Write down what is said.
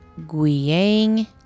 Guiyang